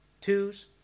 twos